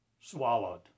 swallowed